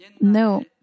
No